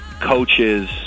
coaches